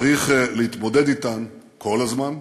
צריך להתמודד אתן כל הזמן,